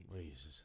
Jesus